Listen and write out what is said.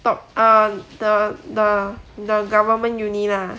top ah the the the government uni lah